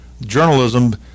journalism